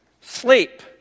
Sleep